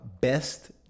Best